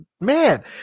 man